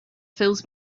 fills